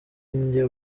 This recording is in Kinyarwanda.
njye